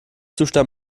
zustand